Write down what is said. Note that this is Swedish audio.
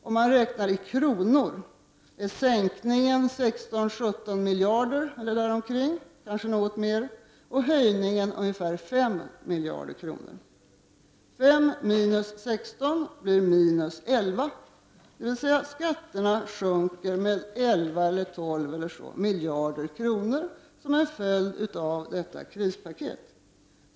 Om man räknar i kronor är sänkningen 16-17 miljarder kronor, kanske något mer, och höjningen ca 5 miljarder kronor. Fem minus sexton är lika med minus elva, dvs. skatterna sjunker med 11-12 miljarder kronor som en följd av detta krispaket.